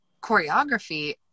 choreography